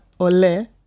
ole